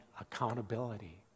accountability